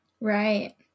Right